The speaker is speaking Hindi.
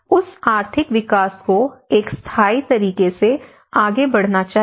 उस आर्थिक विकास को एक स्थायी तरीके से आगे बढ़ना चाहिए